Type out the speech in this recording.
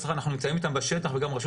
אז אנחנו נמצאים איתם בשטח וגם רשות